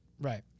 Right